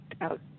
out